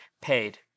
paid